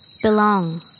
Belong